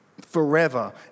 forever